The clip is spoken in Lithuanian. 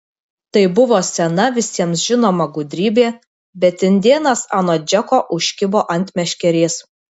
tai buvo sena visiems žinoma gudrybė bet indėnas anot džeko užkibo ant meškerės